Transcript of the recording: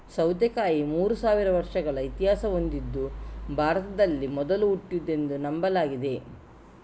ಸೌತೆಕಾಯಿ ಮೂರು ಸಾವಿರ ವರ್ಷಗಳ ಇತಿಹಾಸ ಹೊಂದಿದ್ದು ಭಾರತದಲ್ಲಿ ಮೊದಲು ಹುಟ್ಟಿದ್ದೆಂದು ನಂಬಲಾಗಿದೆ